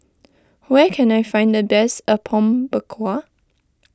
where can I find the best Apom Berkuah